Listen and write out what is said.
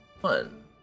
one